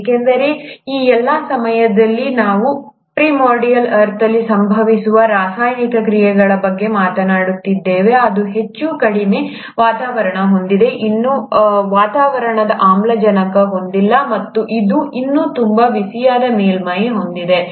ಏಕೆಂದರೆ ಈ ಎಲ್ಲಾ ಸಮಯದಲ್ಲಿ ನಾವು ಪ್ರಿಮೋರ್ಡಿಯಲ್ ಅರ್ಥ್ ಅಲ್ಲಿ ಸಂಭವಿಸುವ ರಾಸಾಯನಿಕ ಕ್ರಿಯೆಗಳ ಬಗ್ಗೆ ಮಾತನಾಡುತ್ತಿದ್ದೇವೆ ಅದು ಹೆಚ್ಚು ಕಡಿಮೆಗೊಳಿಸುವ ವಾತಾವರಣವನ್ನು ಹೊಂದಿದೆ ಇನ್ನೂ ವಾತಾವರಣದ ಆಮ್ಲಜನಕವನ್ನು ಹೊಂದಿಲ್ಲ ಮತ್ತು ಅದು ಇನ್ನೂ ತುಂಬಾ ಬಿಸಿಯಾದ ಮೇಲ್ಮೈಯನ್ನು ಹೊಂದಿದೆ